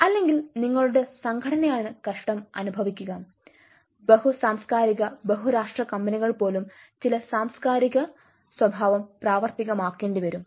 അല്ലെങ്കിൽ നിങ്ങളുടെ സംഘടനയാണ് കഷ്ട്ടം അനുഭവിക്കുക ബഹു സാംസ്കാരിക ബഹുരാഷ്ട്ര കമ്പനികൾ പോലും ചില സാംസ്കാരിക സ്വഭാവം പ്രാവർത്തികമാക്കേണ്ടി വരും